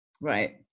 Right